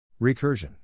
Recursion